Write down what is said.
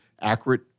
accurate